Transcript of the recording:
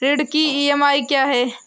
ऋण की ई.एम.आई क्या है?